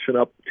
up